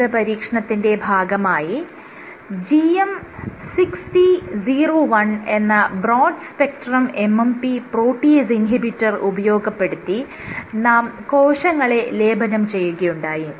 പ്രസ്തുത പരീക്ഷണത്തിന്റെ ഭാഗമായി GM 6001 എന്ന broad spectrum MMP protease inhibitor ഉപയോഗപ്പെടുത്തി നാം കോശങ്ങളെ ലേപനം ചെയ്യുകയുണ്ടായി